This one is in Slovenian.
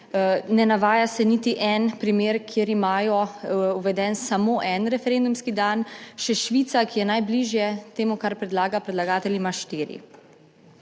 ne navaja se niti en primer, kjer imajo uveden samo en referendumski dan, še Švica, ki je najbližje temu, kar predlaga predlagatelj, ima štiri.